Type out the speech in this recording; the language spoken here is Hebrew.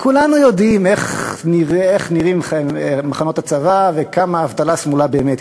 כולנו יודעים איך נראים מחנות הצבא וכמה אבטלה סמויה יש באמת.